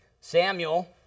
Samuel